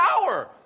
power